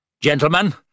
Gentlemen